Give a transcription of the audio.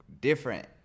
different